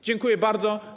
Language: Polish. Dziękuję bardzo.